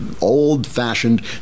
old-fashioned